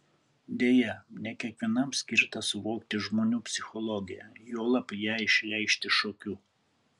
deja ne kiekvienam skirta suvokti žmonių psichologiją juolab ją išreikšti šokiu